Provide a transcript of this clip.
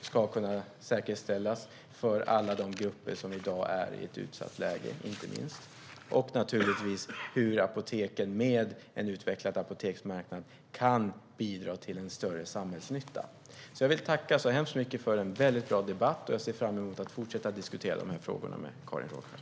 ska kunna säkerställas inte minst för alla de grupper som i dag är i ett utsatt läge. Det handlar om hur apoteken med en utvecklad apoteksmarknad kan bidra till en större samhällsnytta. Jag vill tacka så mycket för en väldigt bra debatt. Jag ser fram emot att fortsätta att diskutera dessa frågor med Karin Rågsjö.